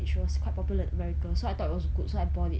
which was quite popular in america so I thought it was good so I bought it